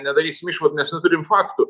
nedarysim išvadų nes neturim faktų